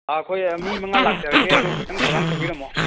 ꯑꯥ ꯑꯩꯈꯣꯏ ꯃꯤ ꯃꯉꯥ ꯂꯥꯛꯆꯔꯒꯦ ꯑꯗꯣ ꯈꯤꯠꯇꯪ ꯊꯧꯔꯥꯡ ꯇꯧꯕꯤꯔꯝꯃꯣ